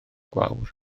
gwawr